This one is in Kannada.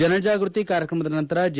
ಜನಜಾಗೃತಿ ಕಾರ್ಯಕ್ರಮದ ನಂತರ ಜೆ